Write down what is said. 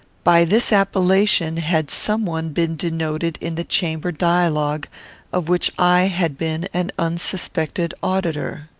by this appellation had some one been denoted in the chamber dialogue of which i had been an unsuspected auditor.